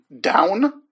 down